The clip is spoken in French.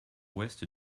ouest